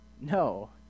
No